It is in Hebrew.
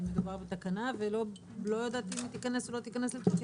מדובר בתקנה ולא יודעת אם היא תיכנס לתוקף או לא תיכנס לתוקף,